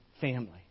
family